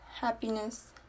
happiness